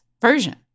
version